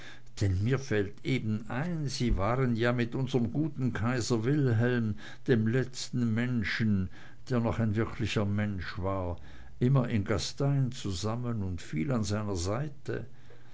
mir fällt eben ein sie waren ja mit unserm guten kaiser wilhelm dem letzten menschen der noch ein wirklicher mensch war immer in gastein zusammen und viel an seiner seite